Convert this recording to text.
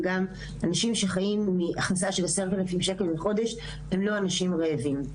אנשים שחיים מהכנסה של 10,000 שקל בחודש הם לא אנשים רעבים.